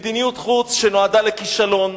מדיניות חוץ שנועדה לכישלון,